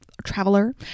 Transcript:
Traveler